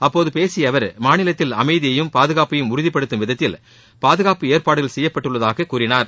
அப்போது பேசிய அவர் மாநிலத்தில் அமைதியையும் பாதுகாப்பையும் உறுதிப்படுத்தும் விதத்தில் பாதுகாப்பு ஏற்பாடுகள் செய்யப்பட்டுள்ளதாக கூறினார்